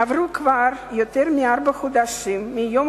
עברו כבר יותר מארבעה חודשים מיום